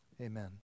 Amen